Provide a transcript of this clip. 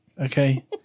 Okay